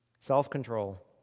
Self-control